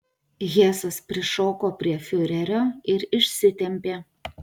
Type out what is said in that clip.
hesas prišoko prie fiurerio ir išsitempė